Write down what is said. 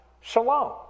shalom